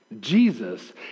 Jesus